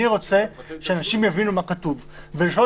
אני רוצה שאנשים יבינו מה כתוב ושלא